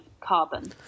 carbon